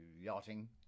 yachting